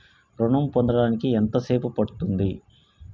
ఋణం పొందడానికి ఎంత సేపు పడ్తుంది?